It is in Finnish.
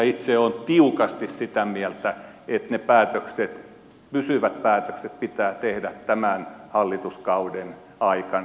itse olen tiukasti sitä mieltä että ne pysyvät päätökset pitää tehdä tämän hallituskauden aikana